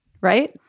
right